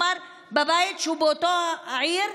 בבית שהוא באותה עיר,